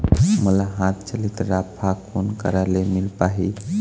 मोला हाथ चलित राफा कोन करा ले मिल पाही?